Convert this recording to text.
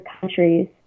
countries